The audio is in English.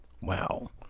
Wow